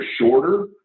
shorter